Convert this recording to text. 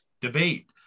debate